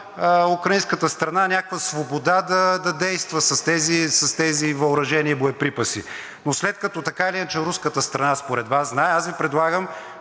украинската страна някаква свобода да действа с тези въоръжения и боеприпаси. Но след като така или иначе руската страна според Вас знае, аз Ви предлагам